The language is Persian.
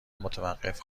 متوقف